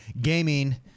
Gaming